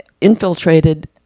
infiltrated